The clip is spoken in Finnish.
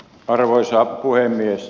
arvoisa puhemies